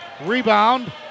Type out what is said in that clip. Rebound